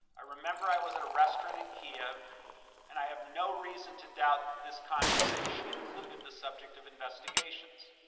i remember i was at a restaurant in kiev and i have no reason to doubt that this conversation included the subject of investigation.